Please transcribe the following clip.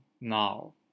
now